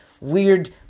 weird